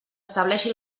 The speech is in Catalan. estableixi